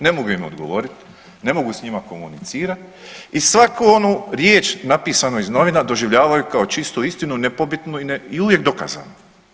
Ne mogu im odgovoriti, ne mogu s njima komunicirati i svaku onu riječ napisanu iz novina doživljavaju kao čistu istinu, nepobitnu i uvijek dokazanu.